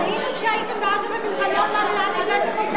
ראינו כשהייתם בעזה במלחמה לאן הבאתם אותנו.